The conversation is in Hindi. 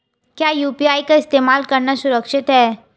क्या यू.पी.आई का इस्तेमाल करना सुरक्षित है?